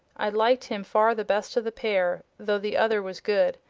i liked him far the best of the pair, though the other was good.